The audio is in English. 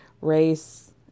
race